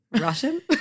Russian